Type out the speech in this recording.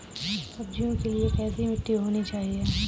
सब्जियों के लिए कैसी मिट्टी होनी चाहिए?